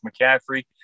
McCaffrey